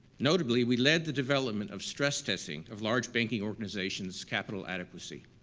notably, we led the development of stress-testing of large banking organizations' capital adequacy.